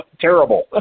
terrible